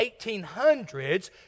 1800s